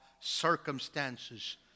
circumstances